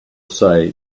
say